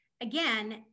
again